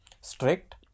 strict